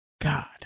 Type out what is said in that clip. God